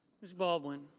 ms. baldwin.